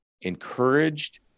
encouraged